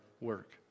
work